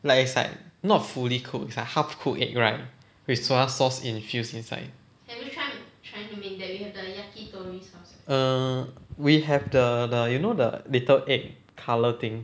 like it's like not fully cooked it's like half cooked egg right with soya sauce infused inside err we have the the you know the little egg colour thing